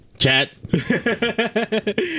chat